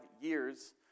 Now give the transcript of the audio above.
years